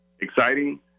exciting